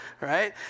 Right